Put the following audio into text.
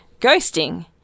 ghosting